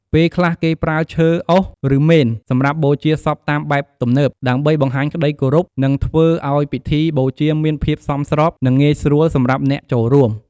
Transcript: ពេលខ្លះ គេប្រើឈើអុស ឬមេន សម្រាប់បូជាសពតាមបែបទំនើប ដើម្បីបង្ហាញក្តីគោរព និងធ្វើអោយពិធីបូជាមានភាពសមស្រប និងងាយស្រួលសម្រាប់អ្នកចូលរួម។